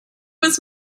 was